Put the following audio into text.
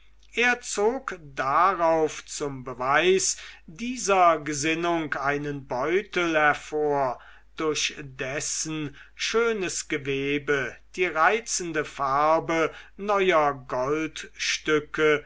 er zog darauf zum beweis dieser gesinnung einen beutel hervor durch dessen schönes gewebe die reizende farbe neuer goldstücke